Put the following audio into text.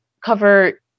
cover